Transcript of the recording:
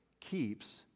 keeps